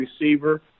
receiver